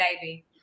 baby